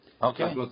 Okay